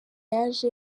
yaje